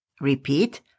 Repeat